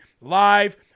live